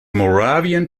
moravian